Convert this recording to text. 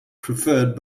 preferred